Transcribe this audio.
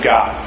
God